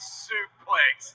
suplex